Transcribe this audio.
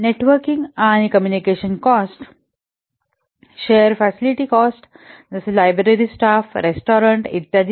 networking आणि communication cost share facility cost जसे library staff restaurant इत्यादी